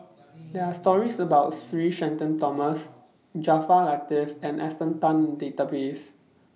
There Are stories about Sir Shenton Thomas Jaafar Latiff and Esther Tan in The Database